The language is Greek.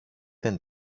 δεν